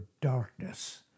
darkness